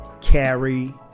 carry